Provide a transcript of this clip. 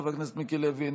חבר הכנסת מיקי לוי,